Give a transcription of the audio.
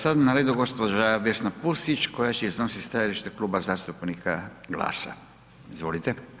Sada je na redu gđa. Vesna Pusić koja će iznositi stajalište Kluba zastupnika GLAS-a. izvolite.